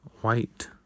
white